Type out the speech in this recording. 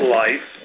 life